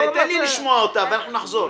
תן לי לשמוע אותה, ואנחנו נחזור.